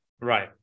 Right